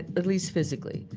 at least physically.